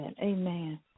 amen